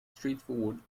straightforward